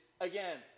again